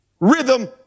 Rhythm